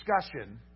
discussion